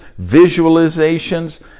visualizations